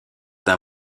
d’un